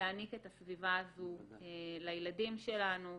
להעניק את הסביבה הזו לילדים שלנו.